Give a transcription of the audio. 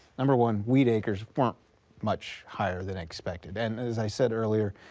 number one, wheat acres weren't much higher than expected. and as i said earlier,